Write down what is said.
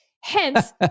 Hence